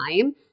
time